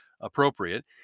appropriate